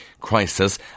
crisis